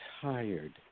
tired